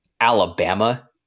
Alabama